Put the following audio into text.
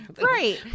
right